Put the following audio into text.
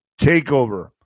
takeover